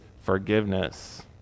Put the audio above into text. forgiveness